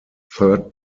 third